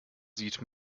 sieht